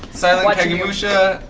silentkagosha.